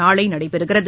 நாளை நடைபெறுகிறது